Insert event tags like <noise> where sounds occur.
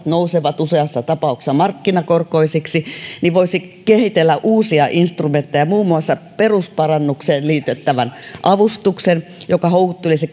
<unintelligible> nousevat useassa tapauksessa markkinakorkoisiksi että voisi kehitellä uusia instrumentteja muun muassa perusparannukseen liitettävän avustuksen joka houkuttelisi <unintelligible>